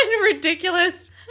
ridiculous